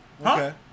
Okay